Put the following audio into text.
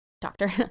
doctor